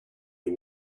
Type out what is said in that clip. you